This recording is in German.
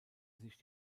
sich